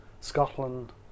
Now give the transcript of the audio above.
Scotland